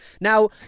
Now